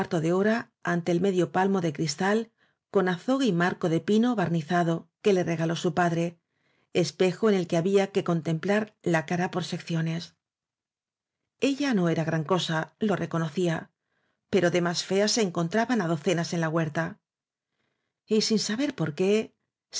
de hora ante el medio palmo de cristal con azogue y marco de pino barnizado que le regaló su padre espejo en el que había que contemplar la cara por secciones ella no era gran cosa lo reconocía pero de más feas se encontraban á docenas en la huerta y sin saber por qué